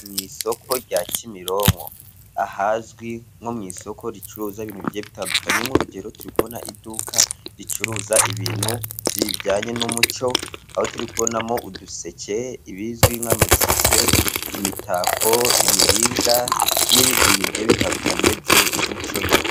Mu isoko rya Kimironko, ahazwi nko mu isoko ricuruza ibintu bigiye bitandukanye, nk'urugero turi kubona iduka ricuruza ibintu bijyanye n'umuco, aho turi kubonamo uduseke, ibizwi nk'amaseke, imitako, imiringa, n'ibindi bintu bigiye bitandukanye by'umuco nyarwanda.